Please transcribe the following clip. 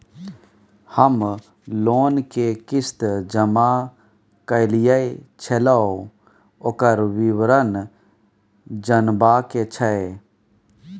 हम लोन के किस्त जमा कैलियै छलौं, ओकर विवरण जनबा के छै?